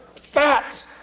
fat